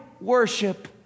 worship